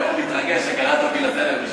בבקשה, חבר הכנסת זחאלקה.